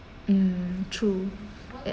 mm true